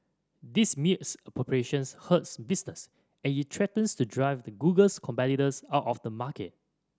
this misappropriation hurts business and it threatens to drive the Google's competitors out of the market